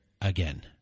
again